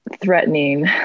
threatening